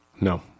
No